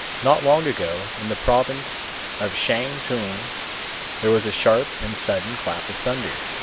not long ago in the province of shantung, there was a sharp and sudden clap of thunder.